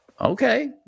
Okay